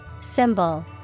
Symbol